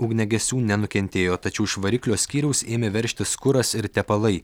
ugniagesių nenukentėjo tačiau iš variklio skyriaus ėmė veržtis kuras ir tepalai